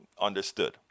understood